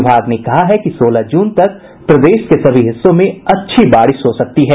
विभाग ने कहा है कि सोलह जून तक प्रदेश के सभी हिस्सों में अच्छी बारिश हो सकती है